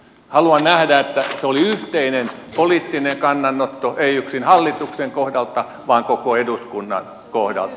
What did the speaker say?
haluan nähdä että se oli yhteinen poliittinen kannanotto ei yksin hallituksen kohdalta vaan koko eduskunnan kohdalta